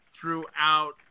throughout